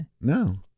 No